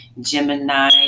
Gemini